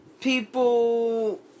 people